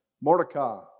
Mordecai